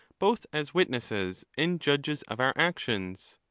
both as witnesses and judges of our actions?